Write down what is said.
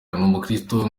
umukristu